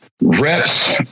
Reps